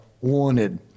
wanted